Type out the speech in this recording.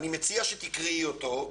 אבל אני מציע שתקראי אותו,